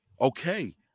Okay